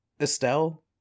Estelle